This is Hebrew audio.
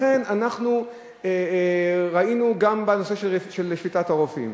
לכן אנחנו ראינו, גם בנושא של שביתת הרופאים